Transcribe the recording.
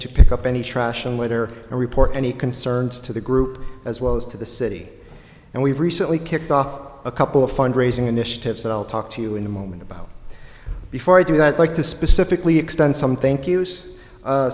to pick up any trash and litter and report any concerns to the group as well as to the city and we've recently kicked off a couple of fund raising initiatives i'll talk to you in a moment about before i do that like to specifically extend some thank